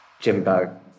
Jimbo